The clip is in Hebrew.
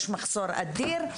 יש מחסור אדיר.